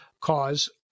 cause